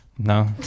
No